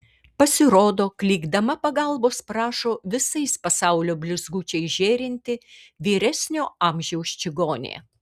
pasirodo klykdama pagalbos prašo visais pasaulio blizgučiais žėrinti vyresnio amžiaus čigonė